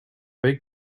big